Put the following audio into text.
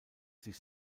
sich